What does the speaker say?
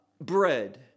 bread